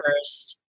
first